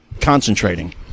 concentrating